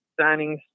signings